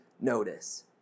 notice